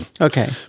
Okay